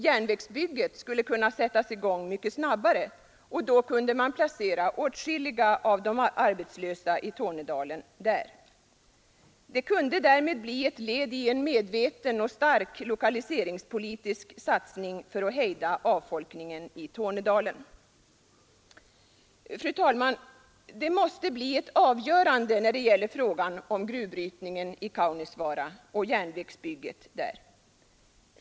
Järnvägsbygge skulle kunna sättas i gång mycket snabbare, och då kunde man placera åtskilliga av de arbetslösa där. Ett järnvägsbygge kunde därmed bli ett led i en medveten och stark lokaliseringspolitisk satsning för att hejda avfolkningen i Tornedalen. Fru talman! Det måste bli ett avgörande när det gäller frågan om gruvbrytningen i Kaunisvaara och järnvägsbygget där.